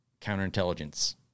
counterintelligence